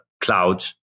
cloud